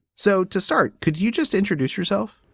so to start, could you just introduce yourself?